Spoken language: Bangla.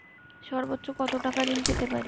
সর্বোচ্চ কত টাকা ঋণ পেতে পারি?